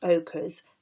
ochres